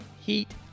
heat